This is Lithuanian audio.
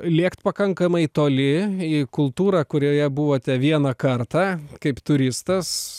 lėkt pakankamai toli į kultūrą kurioje buvote vieną kartą kaip turistas